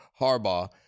Harbaugh